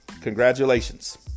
congratulations